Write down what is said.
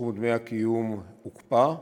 שסכום דמי הקיום הוקפא.